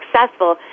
successful